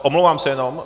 Omlouvám se jenom...